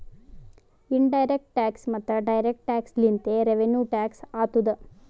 in direct tax ಮತ್ತ direct tax ಲಿಂತೆ revenue tax ಆತ್ತುದ್